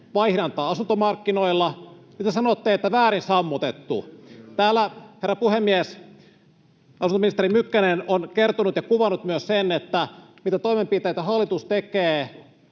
vaihdantaa asuntomarkkinoilla, niin te sanotte, että väärin sammutettu. Täällä, herra puhemies, asuntoministeri Mykkänen on kertonut ja kuvannut myös sen, mitä toimenpiteitä hallitus tekee